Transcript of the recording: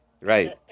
Right